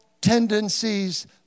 tendencies